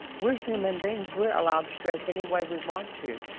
we're human beings, we're allowed to dress any way we want to,